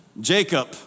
Jacob